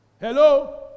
Hello